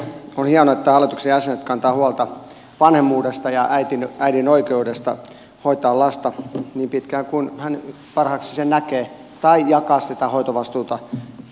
on hienoa että hallituksen jäsenet kantavat huolta vanhemmuudesta ja äidin oikeudesta hoitaa lasta niin pitkään kuin hän parhaaksi sen näkee tai jakaa sitä hoitovastuuta toisen puolisonsa kanssa